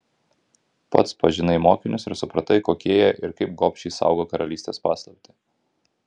pats pažinai mokinius ir supratai kokie jie ir kaip gobšiai saugo karalystės paslaptį